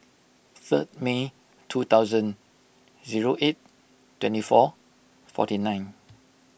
third May two thousand zero eight twenty four forty nine